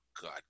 God